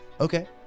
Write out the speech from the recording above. Okay